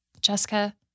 Jessica